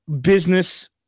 business